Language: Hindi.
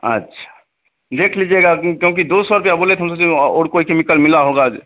अच्छा देख लीजिएगा क्योंकि दो सौ रुपये बोले तो हम सोचे और कोई केमिकल मिला होगा जो